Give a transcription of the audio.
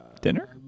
Dinner